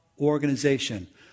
Organization